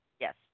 yes